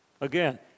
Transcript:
Again